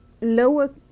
lower